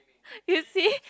you see